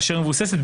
אשר מבוססת,